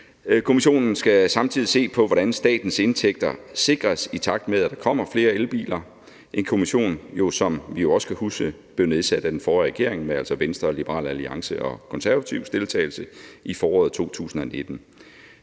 Kommissionen skal samtidig se på, hvordan statens indtægter sikres, i takt med at der kommer flere elbiler – en kommission, som vi jo også skal huske blev nedsat af den forrige regering, altså med Venstre, Liberal Alliance og Konservatives deltagelse, i foråret 2019.